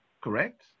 correct